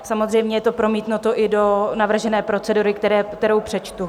Samozřejmě je to promítnuto i do navržené procedury, kterou přečtu.